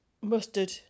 Mustard